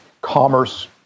commerce